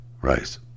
Rice